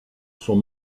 sont